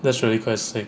that's really quite sick